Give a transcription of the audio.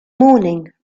morning